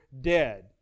dead